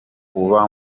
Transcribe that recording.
kuba